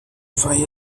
fire